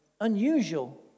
unusual